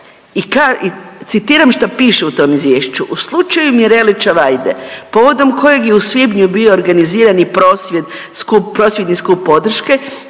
citiram šta piše u tom izvješću